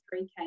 3K